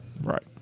right